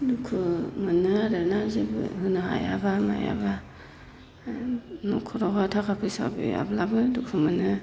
दुखु मोनो आरो ना जेबो होनो हायाब्ला मायाबा न'खरावहाय थाखा फैसा गैयाब्लाबो दुखु मोनो